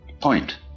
point